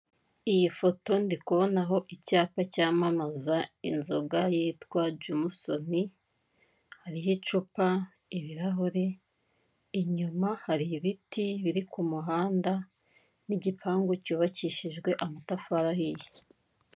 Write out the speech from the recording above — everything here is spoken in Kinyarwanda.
Iyi foto ndi kubonaho icyapa cyamamaza inzoga yitwa jemusoni, hariho icupa, ibirahuri, inyuma hari ibiti biri ku muhanda, n'igipangu cyubakishijwe amatafari ahiye.